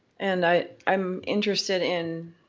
and i'm interested in